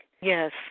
Yes